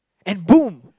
and boom